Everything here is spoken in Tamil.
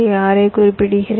6 ஐ குறிப்பிடுகிறேன்